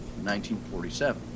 1947